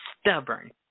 stubborn